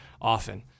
often